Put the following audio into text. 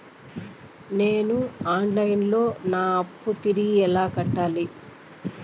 నేను online లో నా అప్పును తిరిగి ఎలా కట్టాలి?